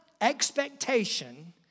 expectation